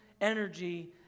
energy